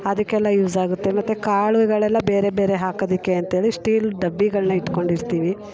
ಅದಕ್ಕೆಲ್ಲ ಯೂಸಾಗತ್ತೆ ಮತ್ತೆ ಕಾಳುಗಳೆಲ್ಲ ಬೇರೆ ಬೇರೆ ಹಾಕೋದಿಕ್ಕೆ ಅಂತ್ಹೇಳಿ ಸ್ಟೀಲ್ ಡಬ್ಬಿಗಳನ್ನ ಇಟ್ಕೊಂಡಿರ್ತೀವಿ